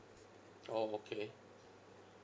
orh okay